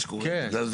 כן.